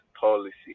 policy